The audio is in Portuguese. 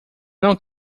não